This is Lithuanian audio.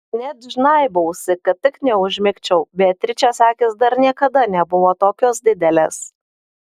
net žnaibausi kad tik neužmigčiau beatričės akys dar niekada nebuvo tokios didelės